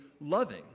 loving